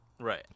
Right